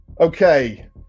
Okay